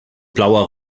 blauer